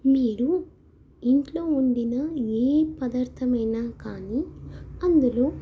మీరు ఇంట్లో వండిన ఏ పదార్ధమైన కానీ అందులో